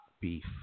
beef